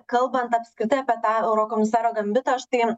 kalbant apskritai apie tą eurokomisaro gambitą aš tai